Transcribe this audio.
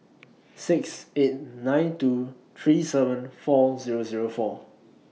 six eight nine two three seven four Zero Zero four